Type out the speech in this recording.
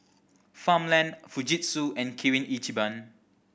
Farmland Fujitsu and Kirin Ichiban